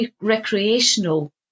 recreational